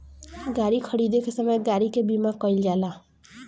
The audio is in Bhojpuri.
गाड़ी खरीदे के समय गाड़ी के बीमा कईल जाला